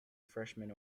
freshmen